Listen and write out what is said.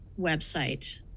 website